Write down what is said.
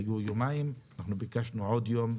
היו יומיים אבל ביקשנו עוד יום.